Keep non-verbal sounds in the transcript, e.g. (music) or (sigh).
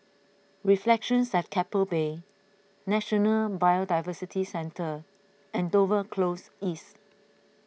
(noise) Reflections at Keppel Bay National Biodiversity Centre and Dover Close East